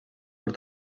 per